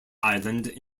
island